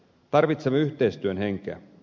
tarvitsemme yhteistyön henkeä